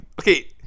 Okay